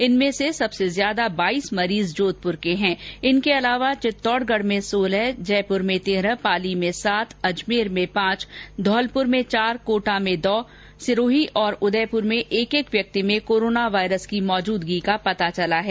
इनमें से सबसे ज्यादा बाईस मरीज़ जोधपुर के हैं इनके अलावा चित्तौडगढ में सोलह जयपुर में तेरह पाली में सात अजमेर में पांच धौलपुर में चार कोटा में दो सिरोही और उदयपुर में एक एक व्यक्ति में कोरोना वायरस की मौजूदगी का पता चला है